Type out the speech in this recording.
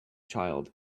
child